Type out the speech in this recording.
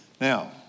Now